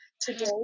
today